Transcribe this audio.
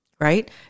right